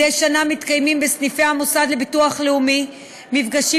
מדי שנה מתקיימים בסניפי המוסד לביטוח לאומי מפגשים